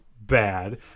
bad